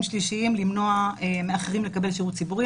שלישיים למנוע מאחרים לקבל שירות ציבורי,